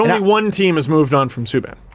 and one team has moved on from subban.